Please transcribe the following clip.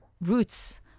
roots